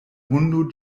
hundo